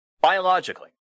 biologically